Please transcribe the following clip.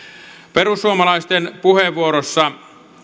perussuomalaisten puheenvuorossa